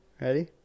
Ready